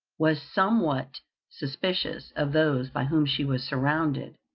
was somewhat suspicious of those by whom she was surrounded,